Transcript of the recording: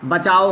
बचाओ